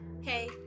hey